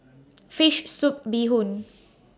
Fish Soup Bee Hoon